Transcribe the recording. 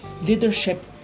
Leadership